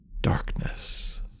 darkness